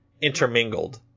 intermingled